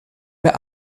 mehr